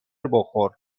بخور